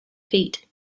feet